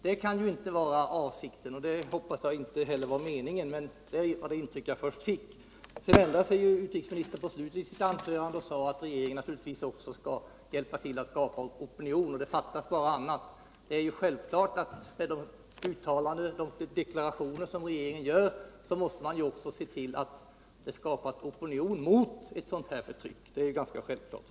Det kan inte vara avsikten — och det hoppas jag inte heller var meningen — men det var det intryck jag först fick. Sedan ändrade sig utrikesministern i sitt anförande och sade, att regeringen naturligtvis också skall hjälpa till att skapa opinion, och det fattas bara annat. Det är ju självklart att regeringen med de uttalanden och deklarationer som den gör också måste se till att det skapas opinion mot ett sådant förtryck som det gäller.